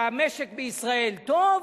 שהמשק בישראל טוב,